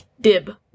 Dib